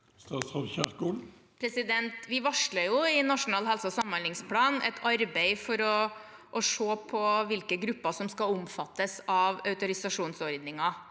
Vi varsler i Na- sjonal helse- og samhandlingsplan et arbeid for å se på hvilke grupper som skal omfattes av autorisasjonsordningen.